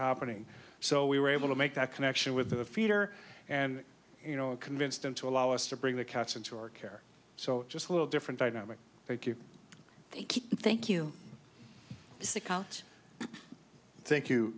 happening so we were able to make that connection with the feeder and you know convinced him to allow us to bring the cats into our care so just a little different dynamic thank you they keep thank you